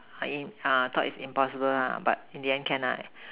are in err thought is impossible lah but in the end can lah